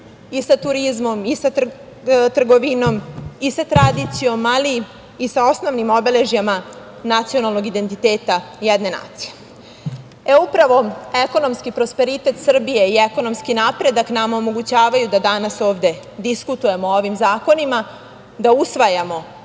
i sa turizmom i sa trgovinom i sa tradicijom, ali i sa osnovnim obeležjima nacionalnog identiteta jedne nacije. Upravo ekonomski prosperitet Srbije i ekonomski napredak nama omogućavaju da danas ovde diskutujemo o ovim zakonima, da usvajamo